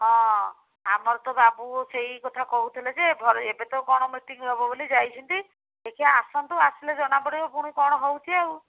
ହଁ ଆମର ତ ବାବୁ ସେଇ କଥା କହୁଥିଲେ ଯେ ଭ ଏବେ ତ କ'ଣ ମିଟିଂ ହବ ବୋଲି ଯାଇଛନ୍ତି ଟିକିଏ ଆସନ୍ତୁ ଆସିଲେ ଜଣାପଡ଼ିବ ପୁଣି କ'ଣ ହେଉଛି ଆଉ